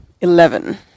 Eleven